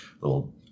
little